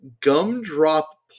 Gumdrop